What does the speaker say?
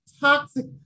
toxic